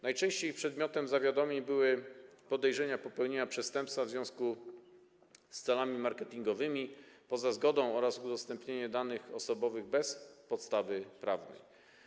Najczęściej przedmiotem zawiadomień były podejrzenia popełnienia przestępstwa w związku z celami marketingowymi poza zgodą oraz udostępniania danych osobowych bez podstawy prawnej.